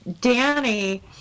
Danny